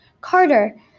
Carter